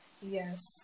Yes